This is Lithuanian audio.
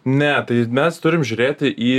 ne tai mes turim žiūrėti į